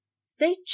Stay